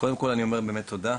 קודם כל אני אומר באמת תודה.